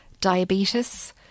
diabetes